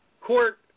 court